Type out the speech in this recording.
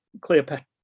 Cleopatra